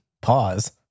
Pause